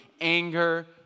anger